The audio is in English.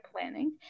planning